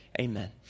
Amen